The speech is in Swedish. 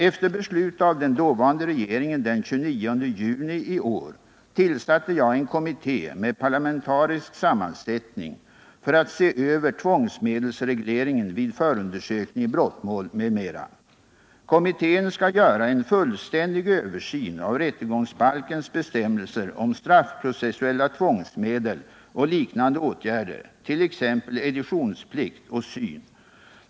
Efter beslut av den dåvarande regeringen den 29 juni i år tillsatte jag en kommitté med parlamentarisk sammansättning för att se över tvångsmedelsregleringen vid förundersökning i brottmål m.m. Kommittén skall göra en fullständig översyn av rättegångsbalkens bestämmelser om straffprocessuella tvångsmedel och liknande åtgärder, t.ex. editionsplikt och syn.